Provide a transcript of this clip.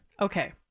Okay